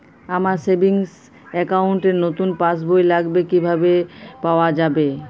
আমার savings account র নতুন পাসবই লাগবে, কিভাবে পাওয়া যাবে?